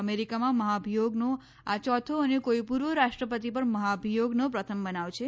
અમેરિકામાં મહાભિયોગનો આ ચોથો અને કોઈ પૂર્વ રાષ્ટ્રપતિ પર મહાભિયોગનો પ્રથમ બનાવ છે